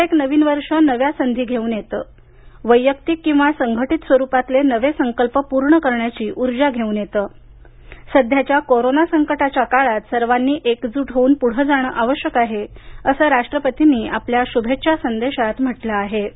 प्रत्येक नवीन वर्ष नव्या संधी घेऊन येतं वैयक्तिक किंवा संघटीत स्वरूपातले नवे संकल्प पूर्ण करण्याची ऊर्जा घेऊन येत सध्याच्या कोरोना संकटाच्या काळात सर्वांनी एकजूट होऊन पुढे जाण आवश्यक आहे असं राष्ट्रपतींनी आपल्या शुभेच्छा संदेशात म्हटलं आहे